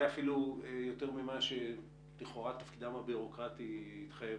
אפילו יותר ממה שלכאורה תפקידם הביורוקרטי התחייב.